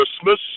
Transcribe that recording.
Christmas